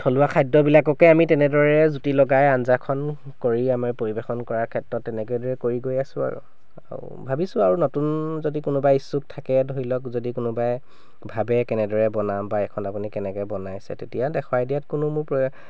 থলুৱা খাদ্যবিলাককে আমি তেনেদৰে জুতি লগাই আঞ্জাখন কৰি আমি পৰিৱেশন কৰাৰ ক্ষেত্ৰতে তেনেকৈ দৰে কৰি গৈ আছোঁ আৰু আৰু ভাবিছোঁ আৰু নতুন যদি কোনোবা ইচ্ছুক থাকে ধৰি লওক যদি কোনোবাই ভাবে কেনেদৰে বনাম বা এইখন আপুনি কেনেকৈ বনাইছে তেতিয়া দেখুৱাই দিয়াত কোনো মোৰ প্ৰয়া